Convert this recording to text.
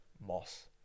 moss